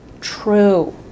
true